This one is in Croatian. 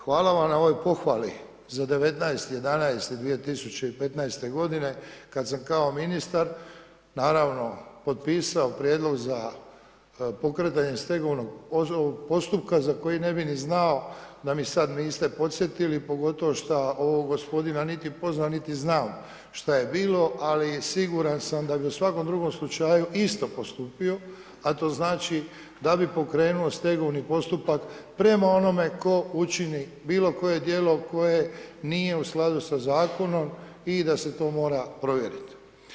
Hvala vam na ovoj pohvali za 19.11.2015. godine kada sam kao ministar, naravno potpisao prijedlog za pokretanje stegovnog postupka za koji ne bi ni znao da me sada niste podsjetili pogotovo šta ovog gospodina niti poznam niti znam šta je bilo, ali siguran sam da bi u svakom drugom slučaju isto postupio, a to znači da bi pokrenuo stegovni postupak prema onome tko učini bilo koje djelo koje nije u skladu sa zakonom i da se to mora provjeriti.